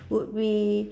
would be